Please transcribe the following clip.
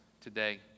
today